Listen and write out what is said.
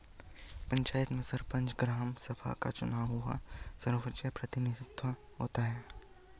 पंचायत में सरपंच, ग्राम सभा का चुना हुआ सर्वोच्च प्रतिनिधि होता है